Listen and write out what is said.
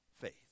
faith